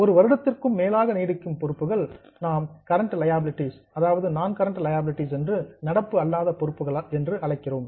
ஒரு வருடத்திற்கும் மேலாக நீடிக்கும் பொறுப்புகளை நாம் நான் கரெண்ட் லியாபிலிடீஸ் நடப்பு அல்லாத பொறுப்புகள் என்று அழைக்கிறோம்